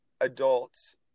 adults